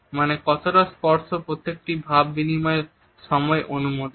মানে কতটা স্পর্শ প্রত্যেকটি ভাব বিনিময়ের সময় অনুমোদিত